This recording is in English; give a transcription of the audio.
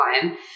time